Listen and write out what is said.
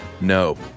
no